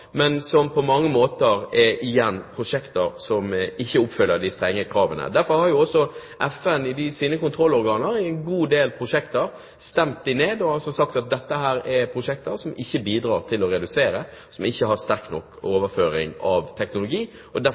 men som på mange måter igjen er prosjekter som ikke oppfyller de strenge kravene. Derfor har FN i sine kontrollorganer stemt ned en god del prosjekter og sagt at dette er prosjekter som ikke bidrar til å redusere, som ikke har sterk nok overføring av teknologi. Derfor